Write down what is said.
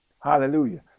hallelujah